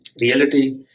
reality